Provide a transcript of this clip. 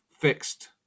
fixed